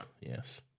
yes